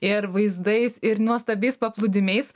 ir vaizdais ir nuostabiais paplūdimiais